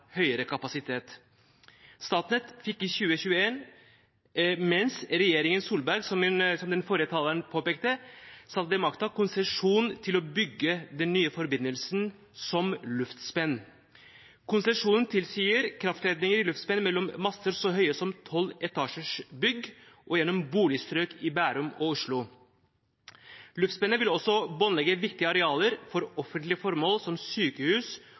høyere kapasitet. Statnett fikk i 2021 – mens regjeringen Solberg satt ved makten, som den forrige taleren påpekte – konsesjon til å bygge den nye forbindelsen som luftspenn. Konsesjonen tilsier kraftledninger i luftspenn mellom master så høye som 12-etasjes bygg og gjennom boligstrøk i Bærum og Oslo. Luftspennet vil også båndlegge viktige arealer for offentlige formål som sykehus